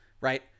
right